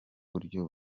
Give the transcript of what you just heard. buryo